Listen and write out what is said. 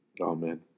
Amen